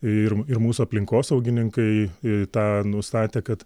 ir ir mūsų aplinkosaugininkai tą nustatė kad